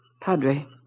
Padre